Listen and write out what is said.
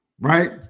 right